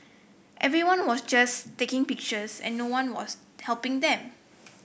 everyone was just taking pictures and no one was helping them